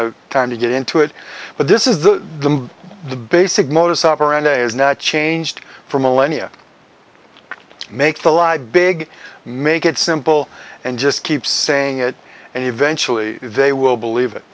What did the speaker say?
have time to get into it but this is the the basic modus operandi is not changed for millennia make the lie big make it simple and just keep saying it and eventually they will believe it